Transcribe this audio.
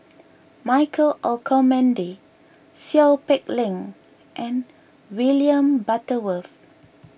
Michael Olcomendy Seow Peck Leng and William Butterworth